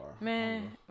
man